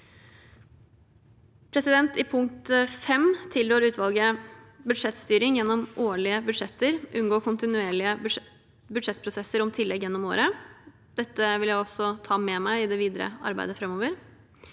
I punkt 5 tilrår utvalget: «Budsjettstyring gjennom årlige budsjetter. Unngå kontinuerlige budsjettprosesser om tillegg gjennom året». Dette vil jeg også ta med meg i det videre arbeidet framover.